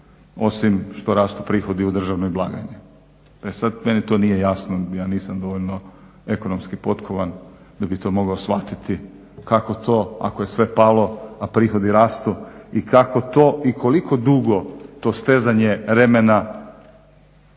osim što rastu prihodi u državnoj blagajni. E sad meni to nije jasno, ja nisam dovoljno ekonomski potkovan da bi to mogao shvatiti, kako to ako je sve palo a prihodi rastu i kako to i koliko dugo to stezanje remena